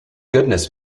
goodness